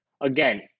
again